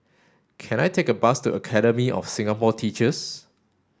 can I take a bus to Academy of Singapore Teachers